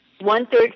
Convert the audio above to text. one-third